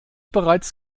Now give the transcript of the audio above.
bereits